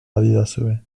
badidazue